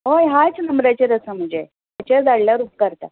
हय ह्याच नंबराचेर आसा म्हजें हेचेर धाडल्यार उपकारता